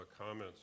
comments